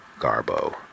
Garbo